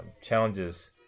challenges